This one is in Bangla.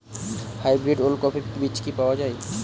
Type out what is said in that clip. হাইব্রিড ওলকফি বীজ কি পাওয়া য়ায়?